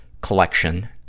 collection